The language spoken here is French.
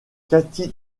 katie